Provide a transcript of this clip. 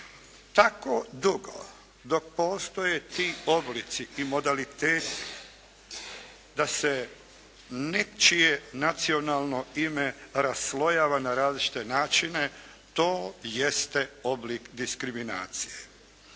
tako dugo dok postoje ti oblici i modaliteti da se nečije nacionalno ime raslojava na različite načine to jeste oblik diskriminacije.